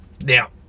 now